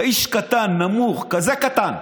אתה איש קטן, נמוך, כזה קטן.